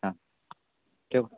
हां ठेवू